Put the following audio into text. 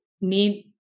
need